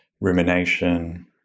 rumination